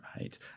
right